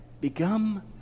Become